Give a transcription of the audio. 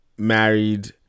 Married